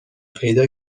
پیدا